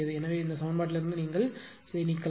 எனவே இந்த சமன்பாட்டிலிருந்து நீங்கள் நீக்கலாம்